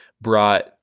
brought